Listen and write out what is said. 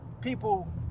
people